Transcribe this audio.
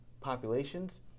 populations